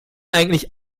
eigentlich